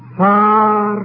far